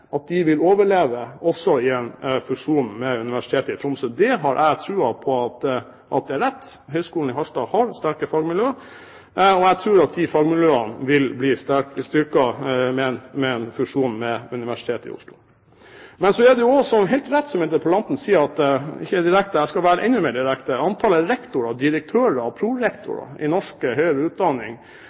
Harstad de har bygd opp, er så sterke at de vil overleve også i en fusjon med Universitetet i Tromsø. Det har jeg troen på er riktig. Høgskolen i Harstad har sterke fagmiljø, og jeg tror at de fagmiljøene vil bli styrket ved en fusjon med Universitetet i Tromsø. Så er det jo også helt rett, som interpellanten sier – ikke direkte, jeg skal være enda mer direkte – at antallet rektorer, direktører og prorektorer i norsk høyere utdanning